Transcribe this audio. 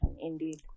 indeed